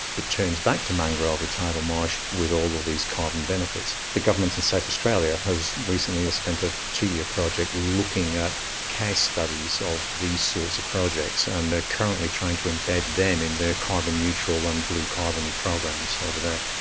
it turns back to mangrove or tidal marsh with all of these carbon benefits. the governments in south australia has recently spent a two-year project looking at case studies of these sorts of projects, and they are currently trying to embed them in their carbon neutral and blue carbon programs over there.